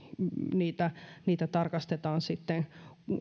niitä niitä tarkastetaan